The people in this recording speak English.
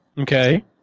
Okay